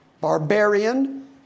barbarian